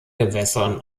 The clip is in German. gewässern